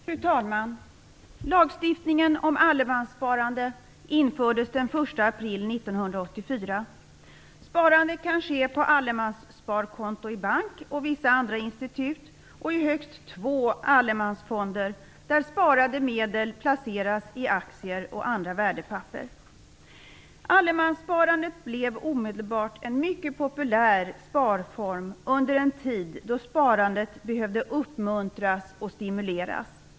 Fru talman! Lagstiftningen om allemanssparande infördes den 1 april 1984. Sparande kan ske på allemanssparkonto i bank och vissa andra institut och i högst två allemansfonder, där sparade medel placeras i aktier och andra värdepapper. Allemanssparandet blev omedelbart en mycket populär sparform under en tid då sparandet behövde uppmuntras och stimuleras.